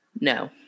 No